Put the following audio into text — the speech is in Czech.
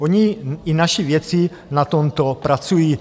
Oni i naši vědci na tomto pracují.